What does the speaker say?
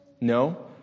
No